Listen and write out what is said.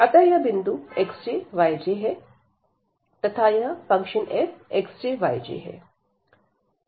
अतः यह बिंदु xj yj है तथा यह fxj yj है